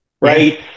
right